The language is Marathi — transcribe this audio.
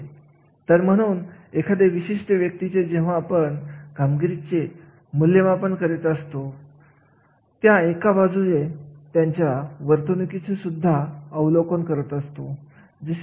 तर म्हणून अतिशय महत्वाचे होते की जेव्हा आपण एखाद्या विशिष्ट कार्याच्या जागी विषयी बोलत असतो तेव्हा अशा कार्याची जागा ज्याविषयी आपण काळजी घेतली पाहिजे